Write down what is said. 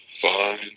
Fine